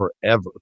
forever